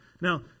Now